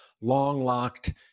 long-locked